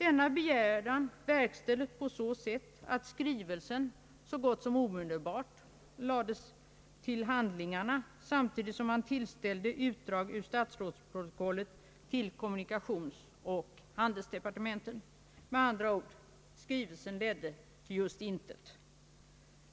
Denna begäran verkställdes på så sätt att skrivelsen så gott som omedelbart lades till handlingarna, samtidigt som man tillställde utdrag ur statsrådsprotokollet till kommunikationsoch handelsdepartementen. Med andra ord — skrivelsen ledde till just intet.